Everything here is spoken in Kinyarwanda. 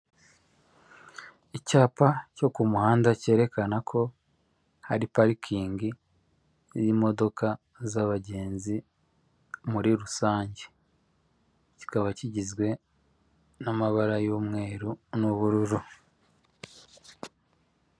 Icyapa cyo ku muhanda, cyerekana ko hari parikingi y'imodoka z'abagenzi muri rusange. Kikaba kigizwe n'amabara y'umweru n'ubururu.